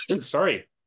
sorry